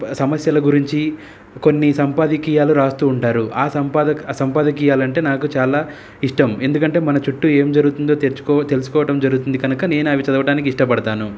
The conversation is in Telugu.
సమస్యల గురించి కొన్ని సంపాదికీయాలు రాస్తూ ఉంటారు ఆ సంపాద సంపాదకీయాలంటే నాకు చాలా ఇష్టం ఎందుకంటే మన చుట్టూ ఏమి జరుగుతుందో తెచ్చుకో తెలుసుకోవడం జరుగుతుంది కనుక నేను అవి చదవడానికి ఇష్టపడతాను